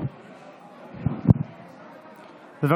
תודה רבה לשרה אילת שקד.